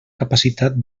capacitat